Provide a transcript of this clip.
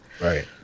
Right